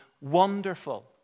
wonderful